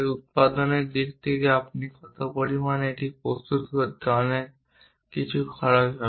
উৎপাদনের দিক থেকে আপনি কত পরিমাণে এটি প্রস্তুত করতে অনেক কিছু খরচ হবে